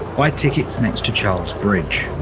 buy tickets next to charles bridge.